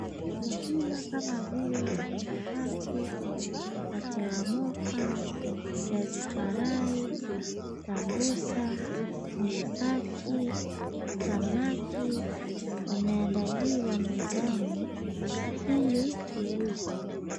Chakula kama vile chapati, viazi karai, sambusa ,mishikaki, samaki imeandaliwa mezani ili kuuzwa.